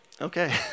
Okay